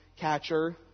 Catcher